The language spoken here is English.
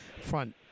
front